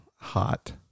Hot